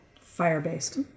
fire-based